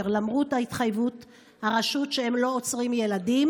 למרות התחייבות הרשות שהם לא עוצרים ילדים?